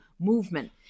Movement